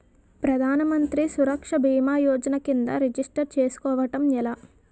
ప్రధాన మంత్రి సురక్ష భీమా యోజన కిందా రిజిస్టర్ చేసుకోవటం ఎలా?